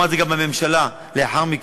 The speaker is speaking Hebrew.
הוא אמר את זה גם בממשלה לאחר מכן,